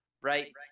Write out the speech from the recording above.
right